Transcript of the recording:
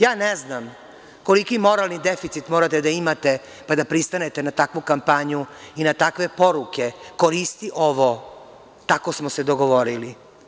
Ja ne znam koliki moralni deficit morate da imate pa da pristanete na takvu kampanju i na takve poruke - koristi ovo, tako smo se dogovorili.